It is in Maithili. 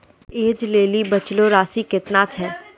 ऐज लेली बचलो राशि केतना छै?